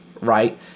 right